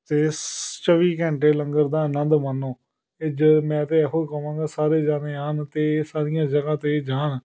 ਅਤੇ ਸ ਚੌਵੀ ਘੰਟੇ ਲੰਗਰ ਦਾ ਆਨੰਦ ਮਾਣੋ ਏ ਜੇ ਮੈਂ ਤਾਂ ਇਹੋ ਕਹਾਂਗਾ ਸਾਰੇ ਜਣੇ ਆਉਣ ਅਤੇ ਸਾਰੀਆਂ ਜਗ੍ਹਾ 'ਤੇ ਜਾਣ